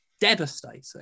devastating